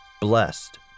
blessed